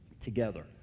together